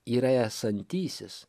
yra esantysis